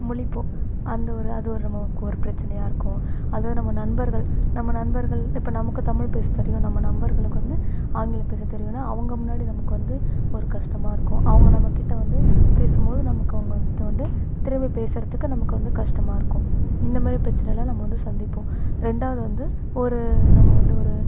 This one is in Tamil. முழிப்போம் அந்த ஒரு அது ஒரு நமக்கு ஒரு பிரச்சனையாக இருக்கும் அதுவும் நம்ம நண்பர்கள் நம்ம நண்பர்கள் இப்போ நமக்கு தமிழ் பேச தெரியும் நம்ம நண்பர்களுக்கு வந்து ஆங்கிலம் பேச தெரியுன்னா அவுங்க முன்னாடி நமக்கு வந்து ஒரு கஸ்டமாக இருக்கும் அவங்க நம்மக்கிட்ட வந்து பேசும்போது நமக்கு அவங்கள்ட்ட வந்து திரும்ப பேசுகிறத்துக்கு நமக்கு வந்து கஸ்டமாக இருக்கும் இந்தமாதிரி பிரச்சனையெல்லாம் நம்ம வந்து சந்திப்போம் ரெண்டாவது வந்து ஒரு நம்ம வந்து ஒரு